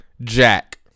Jack